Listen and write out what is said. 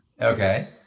Okay